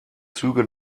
züge